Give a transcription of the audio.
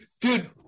Dude